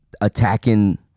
attacking